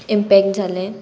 impact जालें